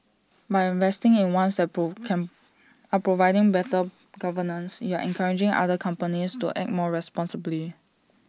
by investing in ones can are providing better governance you're encouraging other companies to act more responsibly